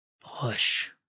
Push